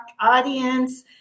audience